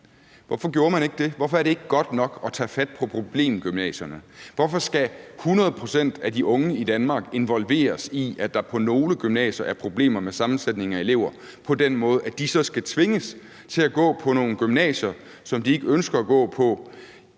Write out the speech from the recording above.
Hvorfor gjorde man ikke det? Hvorfor er det ikke godt nok at tage fat på problemgymnasierne? Hvorfor skal 100 pct. af de unge i Danmark involveres i, at der på nogle gymnasier er problemer med sammensætningen af elever, på den måde, at de så skal tvinges til at gå på nogle gymnasier, som de ikke ønsker at gå på,